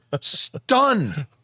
Stunned